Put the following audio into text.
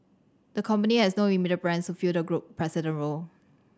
the company has no immediate plans to fill the group president role